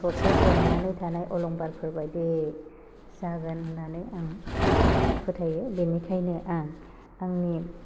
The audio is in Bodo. थरसाे जोंनानै थानाय अलंबारफोर बायदि जागोन होननानै आं फोथायो बेनिखायनो आं आंनि